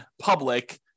public